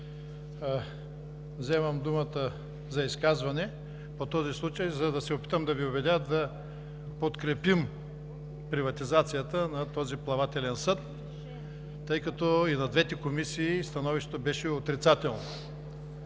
Вземам думата за изказване по този случай, за да се опитам да Ви убедя за приватизацията на този плавателен съд, тъй като и на двете комисии становището беше отрицателно.